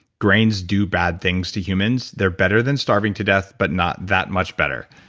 grains do bad things to humans. they're better than starving to death but not that much better,